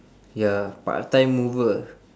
ya part-time mover